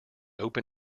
open